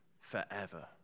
forever